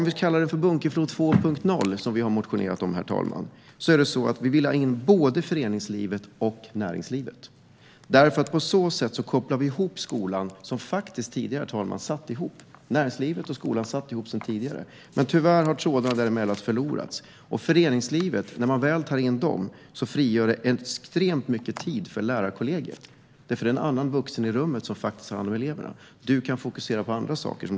Vi har motionerat om att det ska kallas för Bunkeflo 2.0. Vi vill ha in både föreningslivet och näringslivet i skolan. På så sätt kopplar man ihop skolan med både föreningslivet och näringslivet. Näringslivet satt tidigare ihop med skolan, men tyvärr har trådar mellan dem gått förlorade. När man tar in föreningslivet i skolan frigörs det extremt mycket tid för lärarkollegiet. Då finns det en annan vuxen i rummet som kan ta hand om eleverna medan läraren kan fokusera på andra saker.